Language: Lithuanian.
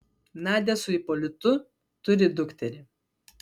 nadia su ipolitu turi dukterį